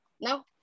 No